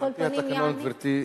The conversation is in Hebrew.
על-פי התקנון, גברתי,